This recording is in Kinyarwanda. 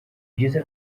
byiza